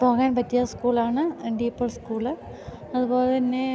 പോകാൻ പറ്റിയ സ്കൂളാണ് ഡീപോൾ സ്കൂൾ അതു പോലെ തന്നേ